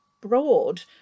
broad